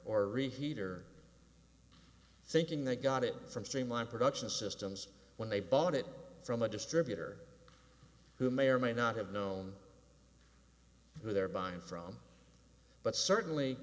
reheat or thinking they got it from streamline production systems when they bought it from a distributor who may or may not have known who they're buying from but certainly